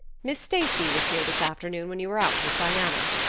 miss stacy was here this afternoon when you were out with diana.